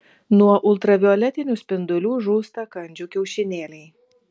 nuo ultravioletinių spindulių žūsta kandžių kiaušinėliai